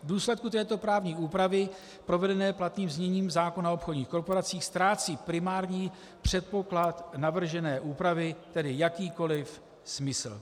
V důsledku této právní úpravy provedené platným zněním zákona o obchodních korporacích ztrácí primární předpoklad navržené úpravy tedy jakýkoliv smysl.